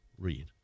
read